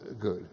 good